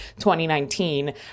2019